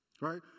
right